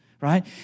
right